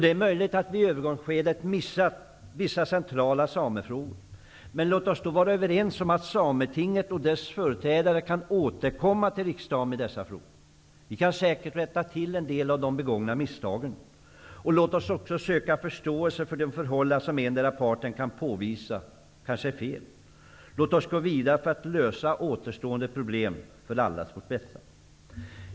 Det är möjligt att vi i övergångsskedet har missat vissa centrala samefrågor, men låt oss då vara överens om att sametinget och dess företrädare kan återkomma till riksdagen med dessa frågor. Vi kan säkert rätta till en del av de begångna misstagen. Låt oss också söka förståelse för de förhållanden som endera parten kan påvisa kanske är fel. Låt oss gå vidare för att lösa återstående problem för allas vårt bästa.